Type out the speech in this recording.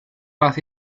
las